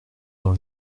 dans